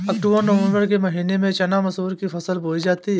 अक्टूबर नवम्बर के महीना में चना मसूर की फसल बोई जाती है?